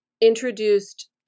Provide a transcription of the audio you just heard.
introduced